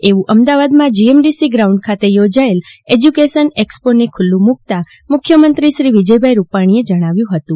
એવુ અમદાવાદમાં GMDC ground ખાતે યોજાયેલ એજ્યુકેશન એકસ્પો ખુલ્લુ મુકતા મુખ્યમંત્રીશ્રી વિજયભાઈ રૂપાણીએ જણાવ્યુ હતું